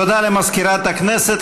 תודה למזכירת הכנסת.